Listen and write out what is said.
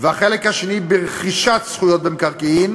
והחלק השני ברכישת זכויות במקרקעין,